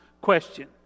question